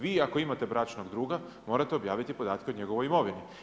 Vi ako imate bračnog druga morate objaviti podatke o njegovoj imovini.